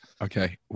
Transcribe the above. Okay